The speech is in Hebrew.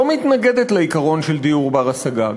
לא מתנגדת לעיקרון של דיור בר-השגה.